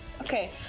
Okay